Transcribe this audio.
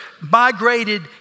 migrated